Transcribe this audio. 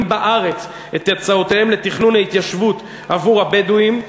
בארץ את הצעותיהם לתכנון ההתיישבות עבור הבדואים.